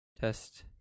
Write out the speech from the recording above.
Test